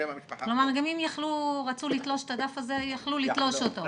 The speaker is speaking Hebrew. כלומר גם אם רצו לתלוש את הדף הזה יכלו לתלוש אותו.